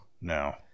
No